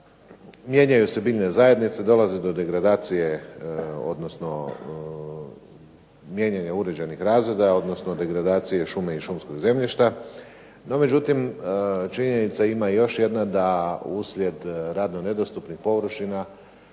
Mijenjaju se biljne zajednice, dolazi do degradacije odnosno mijenjanja uređajnih razreda, odnosno degradacije šume i šumskog zemljišta. No međutim, činjenica ima još jedna da uslijed radno nedostupnih površina